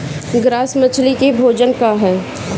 Grass मछली के भोजन का ह?